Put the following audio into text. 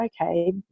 okay